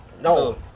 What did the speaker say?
No